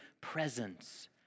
presence